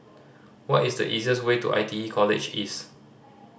what is the easiest way to I T E College East